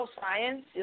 science